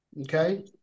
okay